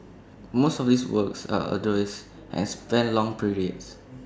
most of these works are arduous and span long periods